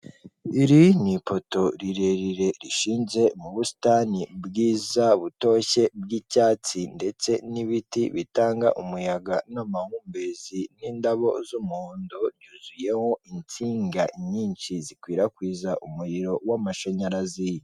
Iri n'ipoto rirerire rishinze mu busitani bwiza butoshye bw'icyatsi ndetse n'ibiti bitanga umuyaga n'amahumbezi, n'indabo z'umuhondo, byuzuyemo insinga nyinshi zikwirakwiza umuriro w'amashanyarazi.